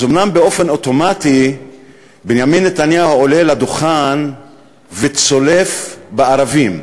אז אומנם באופן אוטומטי בנימין נתניהו עולה לדוכן וצולף בערבים,